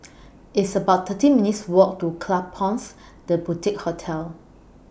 It's about thirteen minutes' Walk to Klapsons The Boutique Hotel